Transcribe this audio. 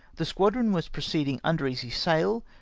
the squadron was proceeding under easy sail,